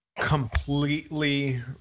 Completely